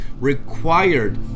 required